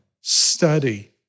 study